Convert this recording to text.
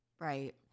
Right